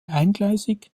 eingleisig